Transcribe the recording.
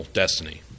destiny